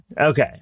Okay